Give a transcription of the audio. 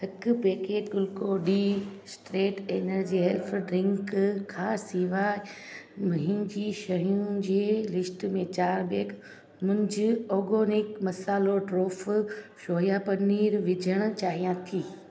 हिकु packet Glucon D instant energy health drink खां सवाइ मां मुंहिंजी शयुनि जी लिस्ट में चारि बैग मूज़ आर्गेनिक मसालो टोफू़ सोया पनीर विझण चाहियां थी